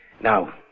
Now